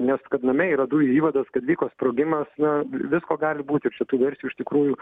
nes kad name yra dujų įvadas kad vyko sprogimas na visko gali būti ir šitų versijų iš tikrųjų